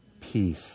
peace